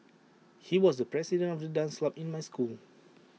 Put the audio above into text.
he was the president of the dance club in my school